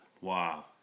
wow